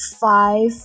five